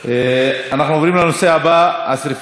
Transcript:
אנחנו עוברים לנושא הבא: השרפה בבתי-הזיקוק